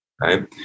right